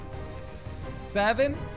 seven